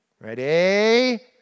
Ready